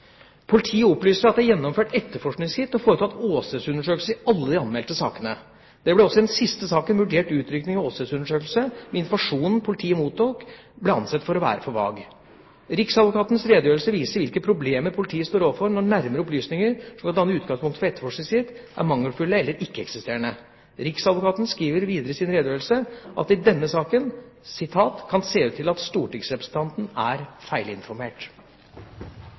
Politiet opplyser at det er gjennomført etterforskningsskritt og foretatt åstedsundersøkelse i alle de anmeldte sakene. Det ble også i den siste saken vurdert utrykning og åstedsundersøkelse, men informasjonen politiet mottok, ble ansett for å være for vag. Riksadvokatens redegjørelse viser hvilke problemer politiet står overfor når nærmere opplysninger som kan danne utgangspunkt for etterforskningsskritt, er mangelfulle eller ikke-eksisterende. Riksadvokaten skriver videre i sin redegjørelse at det i denne saken «kan se ut til at Stortingsrepresentanten er